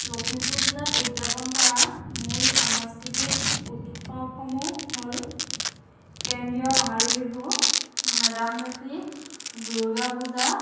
লখিমপুৰ জিলাত উদযাপন কৰা মূল সাংস্কৃতিক উৎসৱসমূহ হ'ল কেন্দ্ৰীয় ৰঙালী বিহু মে ডাম মে ফি দুৰ্গা পূজা